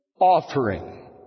Offering